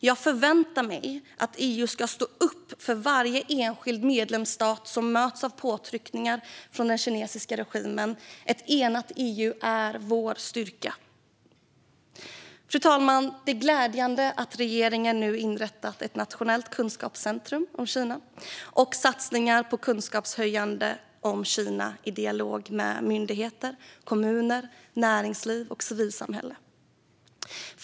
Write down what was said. Jag förväntar mig att EU står upp för varje enskild medlemsstat som möts av påtryckningar från den kinesiska regimen. Ett enat EU är vår styrka. Fru talman! Det är glädjande att regeringen nu inrättar ett nationellt kunskapscentrum om Kina och satsningar på kunskapshöjning om Kina i dialog mellan myndigheter, kommuner, näringsliv och civilsamhälle.